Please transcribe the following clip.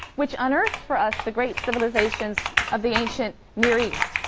which unearthed for us the great civilizations of the ancient near east,